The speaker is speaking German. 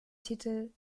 titel